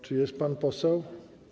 Czy jest pan poseł?